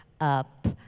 up